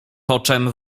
poczem